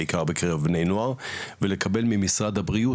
בעיקר בקרב בני נוער ולקבל ממשרד הבריאות,